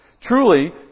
Truly